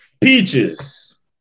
peaches